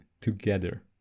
together